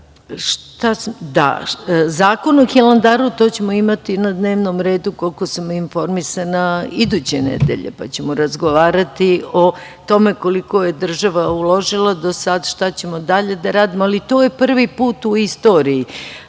o Hilandaru ćemo imati na dnevnom redu, koliko sam informisana, iduće nedelje pa ćemo razgovarati o tome koliko je država uložila do sada, šta ćemo dalje da radimo. To je prvi put u istoriji